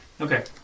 Okay